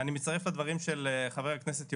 אני מצטרף לדברים של חבר הכנסת יוראי,